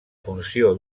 funció